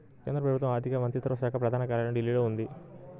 కేంద్ర ప్రభుత్వ ఆర్ధిక మంత్రిత్వ శాఖ ప్రధాన కార్యాలయం ఢిల్లీలో ఉంది